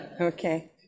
Okay